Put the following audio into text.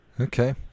Okay